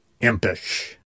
IMPISH